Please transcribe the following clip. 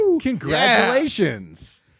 Congratulations